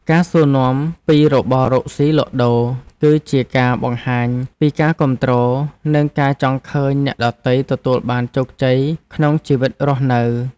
ការសួរនាំពីរបររកស៊ីលក់ដូរ គឺជាការបង្ហាញពីការគាំទ្រនិងការចង់ឃើញអ្នកដទៃទទួលបានជោគជ័យក្នុងជីវិតរស់នៅ។